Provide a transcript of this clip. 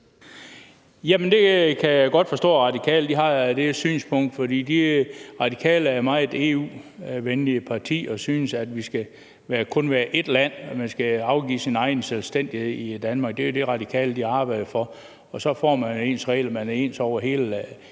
kan jeg godt forstå at Radikale har, for Radikale er et meget EU-venligt parti og synes, at vi i EU kun skal være ét land, og at man skal afgive sin egen selvstændighed i Danmark. Det er jo det, som Radikale arbejder for. Og så får man ens regler;